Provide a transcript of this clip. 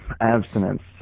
Abstinence